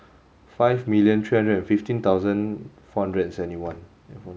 five million three hundred and fifteen thousand four hundred and seventy one